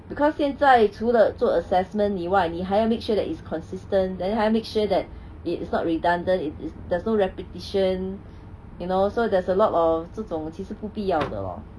because 现在除了做 assessment 以外你还要 make sure that is consistent then 还要 make sure that it is not redundant it is there's no repetition you know so there is a lot of 这种其实不必要的 lor